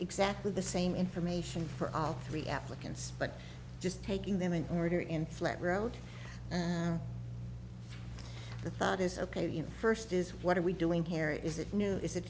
exactly the same information for all three applicants but just taking them in order in flat road the thought is ok you know first is what are we doing here is it new is it